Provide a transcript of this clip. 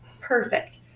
Perfect